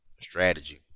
strategy